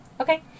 Okay